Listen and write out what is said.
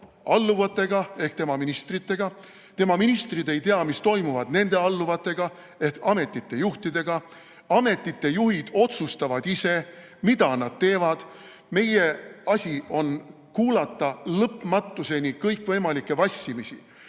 alluvatega ehk tema ministritega, tema ministrid ei tea, mis toimub nende alluvatega ehk ametite juhtidega, ametite juhid otsustavad ise, mida nad teevad. Meie asi on kuulata lõpmatuseni kõikvõimalikke vassimisi.